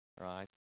right